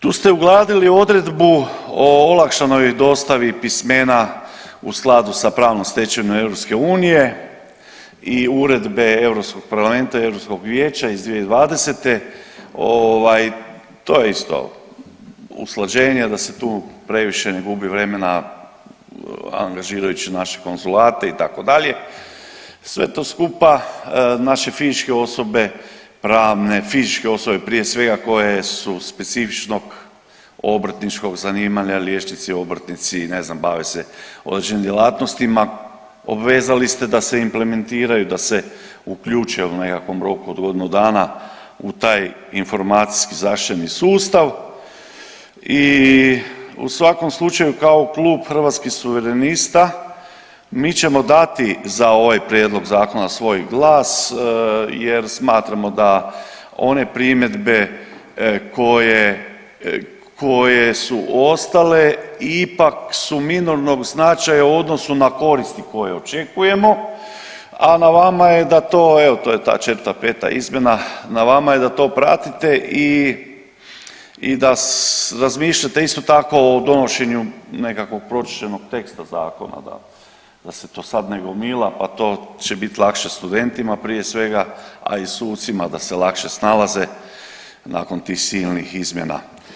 Tu ste ugradili odredbu o olakšanoj dostavi pismena u skladu sa pravnom stečevinom EU i Uredbe Europskog parlamenta i Europskog vijeća iz 2020., ovaj to je isto usklađenje da se tu previše ne gubi vremena angažirajući naše konzulate itd., sve to skupa, naše fizičke osobe, pravne, fizičke osobe prije svega koje su specifičnog obrtničkog zanimanja, liječnici, obrtnici i ne znam bave se određenim djelatnostima, obvezali ste da se implementiraju, da se uključe u nekakvom roku od godinu dana u taj informacijski zaštićeni sustav i u svakom slučaju kao Klub Hrvatskih suverenista mi ćemo dati za ovaj prijedlog zakona svoj glas jer smatramo da one primjedbe koje, koje su ostale ipak su minornog značaja u odnosu na koristi koje očekujemo, a na vama je da to, evo to je ta 4-5 izmjena, na vama je da to pratite i, i da razmišljate isto tako o donošenju nekakvog pročišćenog teksta zakona da, da se to sad ne gomila, pa to će bit lakše studentima prije svega, a i sucima da se lakše snalaze nakon tih silnih izmjena.